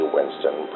Winston